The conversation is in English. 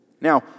Now